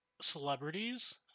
celebrities